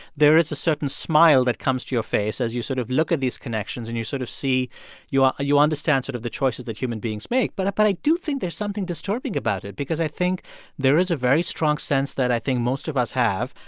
there is a certain smile that comes to your face as you sort of look at these connections and you sort of see you ah you understand sort of the choices that human beings make. but i but i do think there's something disturbing about it because i think there is a very strong sense that i think most of us have.